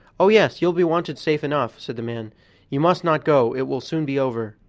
oh, yes, you'll be wanted safe enough, said the man you must not go, it will soon be over,